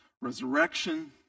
resurrection